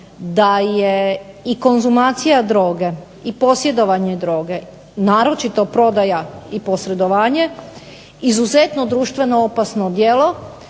da je i konzumacija droge i posjedovanje droge, naročito prodaja i posredovanje izuzetno društveno opasno djelo,